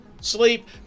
sleep